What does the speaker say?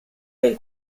del